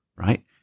right